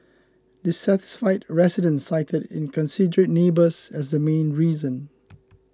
dissatisfied residents cited inconsiderate neighbours as the main reason